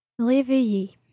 réveiller